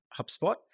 HubSpot